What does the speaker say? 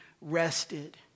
rested